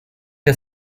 der